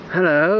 Hello